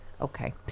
Okay